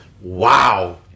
Wow